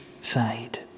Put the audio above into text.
side